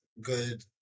good